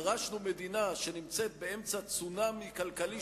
ירשנו מדינה שנמצאת באמצע צונאמי כלכלי,